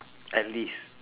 at least